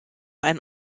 ein